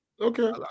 okay